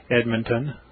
Edmonton